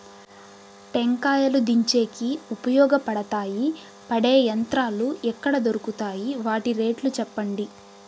టెంకాయలు దించేకి ఉపయోగపడతాయి పడే యంత్రాలు ఎక్కడ దొరుకుతాయి? వాటి రేట్లు చెప్పండి?